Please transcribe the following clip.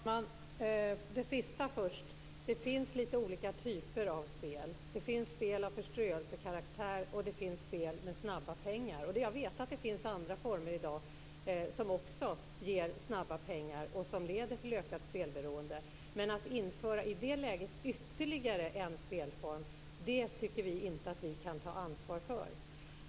Fru talman! Det sista först: Det finns lite olika typer av spel. Det finns spel av förströelsekaraktär, och det finns spel med snabba pengar. Jag vet att det i dag finns former av förströelsespel som också ger snabba pengar och som leder till ökat spelberoende. Men att i det läget införa ytterligare en spelform tycker vi inte att vi kan ta ansvar för.